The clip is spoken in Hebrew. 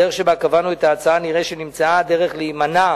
בדרך שבה קבענו את ההצעה נראה שנמצאה הדרך להימנע